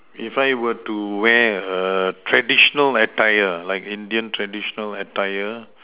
if I were to wear a traditional like attire like Indian traditional attire